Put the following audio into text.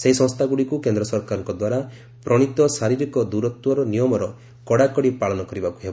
ସେହି ସଂସ୍ଥାଗୁଡ଼ିକୁ କେନ୍ଦ୍ର ସରକାରଙ୍କ ଦ୍ୱାରା ପ୍ରଣୀତ ଶାରିରୀକ ଦୂରତର ନିୟମର କଡ଼ାକଡ଼ି ପାଳନ କରିବାକୁ ହେବ